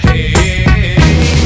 Hey